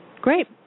Great